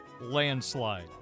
landslide